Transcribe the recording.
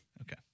okay